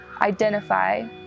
identify